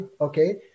okay